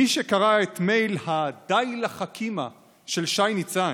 מי שקרא את מייל ה"די לחכימא" של שי ניצן,